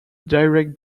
direct